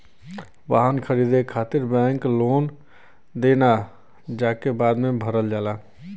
वाहन खरीदे खातिर बैंक लोन देना जेके बाद में भरल जाला